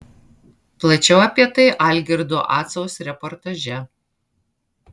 plačiau apie tai algirdo acaus reportaže